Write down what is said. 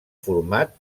format